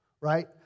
right